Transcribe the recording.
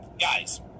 Guys